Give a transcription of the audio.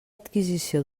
adquisició